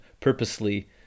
purposely